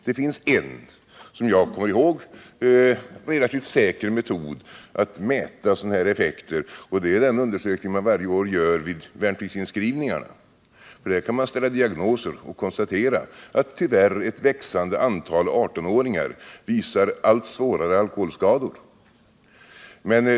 Det finns en, som jag kommer ihåg, relativt säker metod att mäta sådana effekter. Det är den undersökning som varje år görs vid värnpliktsinskrivningarna. Där kan man ställa diagnoser och konstatera att ett växande antal 18-åringar tyvärr visar allt svårare alkoholskador.